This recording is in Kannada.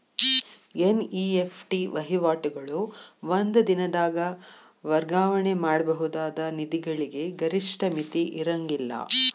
ಎನ್.ಇ.ಎಫ್.ಟಿ ವಹಿವಾಟುಗಳು ಒಂದ ದಿನದಾಗ್ ವರ್ಗಾವಣೆ ಮಾಡಬಹುದಾದ ನಿಧಿಗಳಿಗೆ ಗರಿಷ್ಠ ಮಿತಿ ಇರ್ಂಗಿಲ್ಲಾ